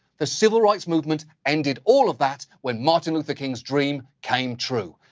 the civil rights movement ended all of that when martin luther king's dream came true.